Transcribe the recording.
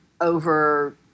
over